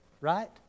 right